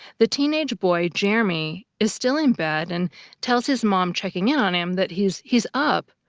the teenage boy, jeremy, is still in bed and tells his mom checking in on him that he's, he's up.